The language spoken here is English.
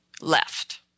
left